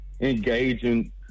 engaging